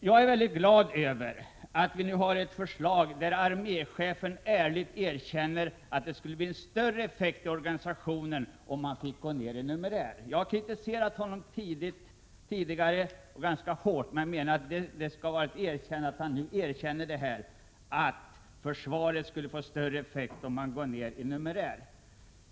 Jag är glad över att vi nu har ett förslag, där arméchefen ärligt erkänner att organisationen skulle få en större effekt om man fick gå ned i numerär. Jag har tidigare kritiserat honom ganska hårt. Låt mig nu säga att det hedrar honom att han nu erkänner att armén skulle få större effekt om man går ned i numerär.